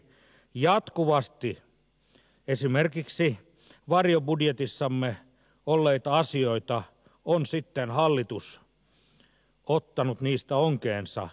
jatkuvasti esimerkiksi varjobudjetissamme olleista asioista on hallitus ottanut onkeensa